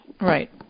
Right